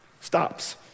stops